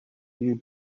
you